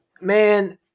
man